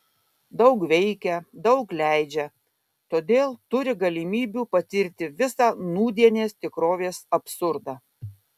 daug veikia daug leidžia todėl turi galimybių patirti visą nūdienės tikrovės absurdą